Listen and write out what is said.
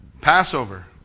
Passover